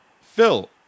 Phil